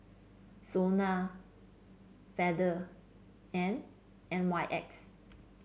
Sona Feather and N Y X